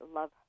love